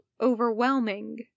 overwhelming